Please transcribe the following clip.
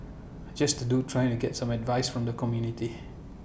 just A dude trying to get some advice from the community